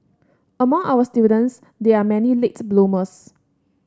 among our students there are many late bloomers